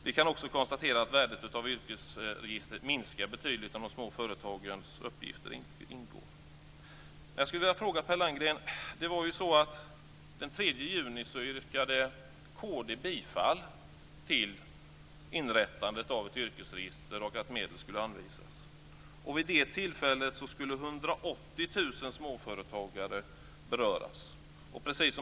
Vi kan också konstatera att värdet av yrkesregistret minskar betydligt om de små företagens uppgifter inte ingår. Jag skulle vilja ställa en fråga Per Landgren. Det var ju så att den 3 juni yrkade kd bifall till inrättandet av ett yrkesregister och att medel skulle anvisas. Vid det tillfället skulle 180 000 småföretagare beröras.